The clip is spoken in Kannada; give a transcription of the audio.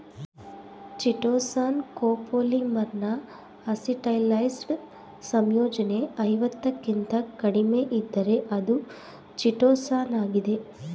ಚಿಟೋಸಾನ್ ಕೋಪೋಲಿಮರ್ನ ಅಸಿಟೈಲೈಸ್ಡ್ ಸಂಯೋಜನೆ ಐವತ್ತಕ್ಕಿಂತ ಕಡಿಮೆಯಿದ್ದರೆ ಅದು ಚಿಟೋಸಾನಾಗಿದೆ